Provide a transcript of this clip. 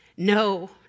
No